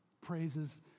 praises